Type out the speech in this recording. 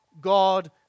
God